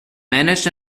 managed